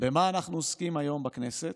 במה אנחנו עוסקים היום בכנסת,